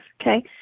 okay